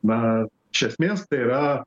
na iš esmės tai yra